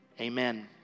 amen